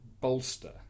bolster